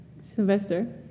Sylvester